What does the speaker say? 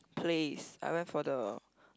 place I went for the